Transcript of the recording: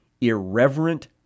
irreverent